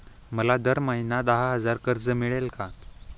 मला दर महिना दहा हजार कर्ज मिळेल का?